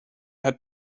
hat